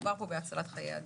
מדובר פה בהצלת חיי אדם.